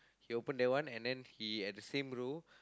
he open that one and then he at the same row